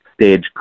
stage